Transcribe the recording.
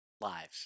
lives